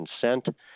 consent